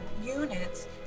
units